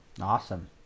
Awesome